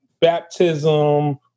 baptism